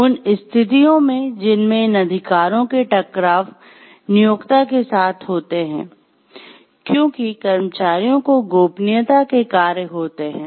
उन स्थितियों में जिनमें इन अधिकारों के टकराव नियोक्ता के साथ होते है क्योंकि कर्मचारियों को गोपनीयता के कार्य होते हैं